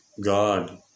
God